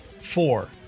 Four